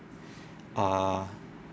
ah